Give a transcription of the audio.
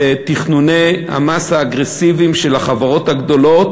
בתכנוני המס האגרסיביים של החברות הגדולות,